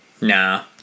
nah